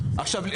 עכשיו,